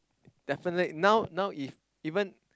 definitely now now if even